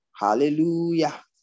Hallelujah